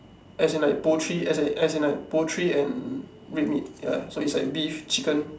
as in like poultry as in as in like poultry and red meat ya so is like beef chicken